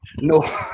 No